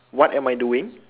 what am I doing